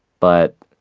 but